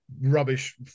rubbish